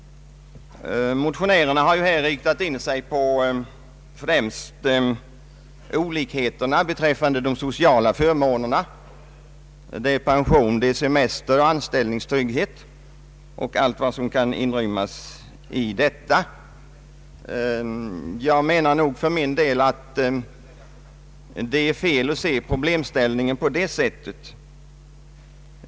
Motionärerna har främst inriktat sig på olikheterna beträffande de sociala förmånerna. Det är pension, det är semester, anställningstrygghet och allt vad som kan inrymmas i detta. Jag menar för min del att det är fel att se problemen på det sättet.